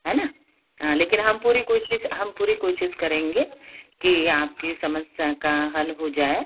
है न लेकिन हम पूरी कोशिश हम पूरी कोशिश करेंगे कि आपकी समस्या का हल हो जाए